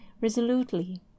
resolutely